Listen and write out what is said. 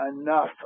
enough